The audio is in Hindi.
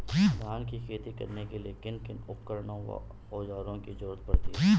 धान की खेती करने के लिए किन किन उपकरणों व औज़ारों की जरूरत पड़ती है?